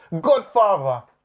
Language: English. godfather